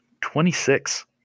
Twenty-six